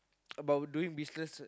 about doing business